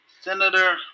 Senator